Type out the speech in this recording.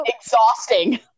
exhausting